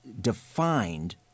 defined